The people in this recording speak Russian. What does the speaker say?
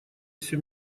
все